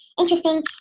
interesting